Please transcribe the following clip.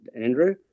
Andrew